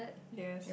yes